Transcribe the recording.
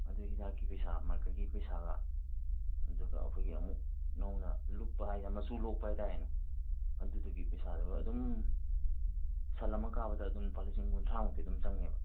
ꯑꯗꯒꯤ ꯍꯤꯗꯥꯛꯀꯤ ꯄꯩꯁꯥ ꯃꯥꯔꯀꯔꯤ ꯄꯩꯁꯥꯒ ꯑꯗꯨꯒ ꯑꯩꯈꯣꯏꯒꯤ ꯑꯃꯨꯛ ꯅꯧꯅ ꯂꯣꯛꯄ ꯍꯥꯏꯗꯤ ꯃꯆꯨ ꯂꯣꯛꯄ ꯍꯥꯏ ꯇꯥꯔꯦꯅꯦ ꯑꯗꯨꯗꯨꯒꯤ ꯄꯩꯁꯥꯗꯨꯒ ꯑꯗꯨꯝ ꯁꯟ ꯑꯃ ꯀꯥꯞꯄꯗ ꯑꯗꯨꯝ ꯂꯨꯄꯥ ꯂꯤꯁꯤꯡ ꯀꯨꯟꯊ꯭ꯔꯥꯃꯨꯛꯇꯤ ꯑꯗꯨꯝ ꯆꯪꯅꯤꯕ